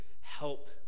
help